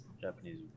Japanese